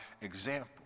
example